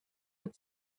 the